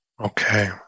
Okay